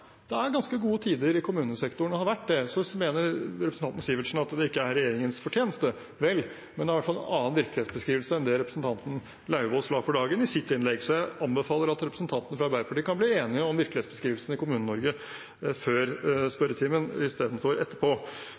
kommunesektoren og har vært det, men så mener representanten Sivertsen at det ikke er regjeringens fortjeneste. Vel, det er i hvert fall en annen virkelighetsbeskrivelse enn det representanten Lauvås la for dagen i sitt innlegg. Så jeg anbefaler at representantene fra Arbeiderpartiet kan bli enige om virkelighetsbeskrivelsen i Kommune-Norge før spørretimen istedenfor etterpå.